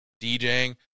djing